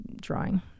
drawing